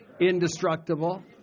indestructible